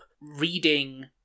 reading